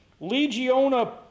Legiona